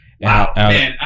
Wow